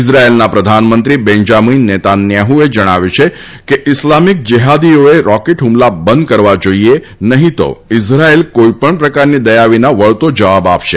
ઇઝરાયેલના પ્રધાનમંત્રી બેન્જામીન નેતાન્યાહ્યે જણાવ્યું છે કે ઇસ્લામિક જેહાદીઓએ રોકેટ હ્મલા બંધ કરવા જોઇએ નહીં તો ઇઝરાયેલ કોઇપણ પ્રકારની દયા વિના વળતો જવાબ આપશે